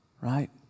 right